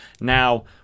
Now